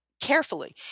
Carefully